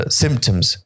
symptoms